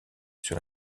sur